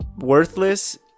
worthless